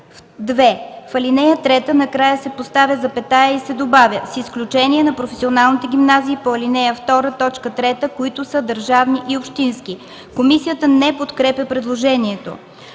2. В ал. 3 накрая се поставя запетая и се добавя „с изключение на професионалните гимназии по ал. 2, т. 3, които са държавни и общински”.” Комисията не подкрепя предложението.